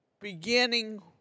Beginning